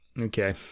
Okay